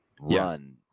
run